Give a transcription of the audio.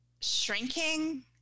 shrinking